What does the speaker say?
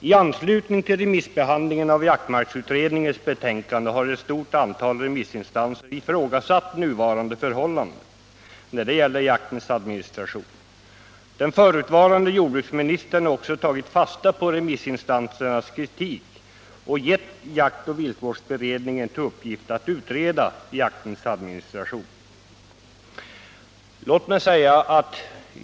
I anslutning till remissbehandlingen av jaktvårdsutredningens betänkande har ett stort antal remissinstanser ifrågasatt nuvarande förhållanden, och den förutvarande jordbruksministern har tagit fasta på remissinstansernas kritik och gett jaktoch viltvårdsberedningen uppgift att utreda jaktens administration.